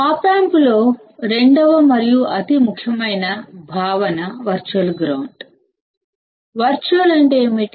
ఆప్ ఆంప్లో రెండవ మరియు అతి ముఖ్యమైన భావన వర్చువల్ గ్రౌండ్ వర్చువల్ అంటే ఏమిటి